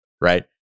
right